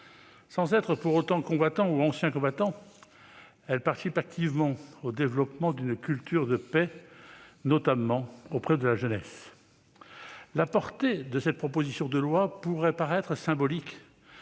Sans être pour autant combattants ou anciens combattants, elles participent activement au développement d'une culture de paix, notamment auprès de la jeunesse. La portée de cette proposition de loi pourrait paraître symbolique,